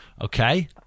Okay